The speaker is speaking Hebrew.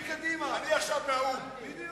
אני עכשיו מהאו"ם.